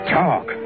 talk